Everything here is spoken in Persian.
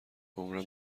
عمرا